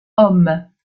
hommes